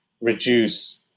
reduce